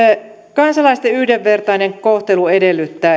kansalaisten yhdenvertainen kohtelu edellyttää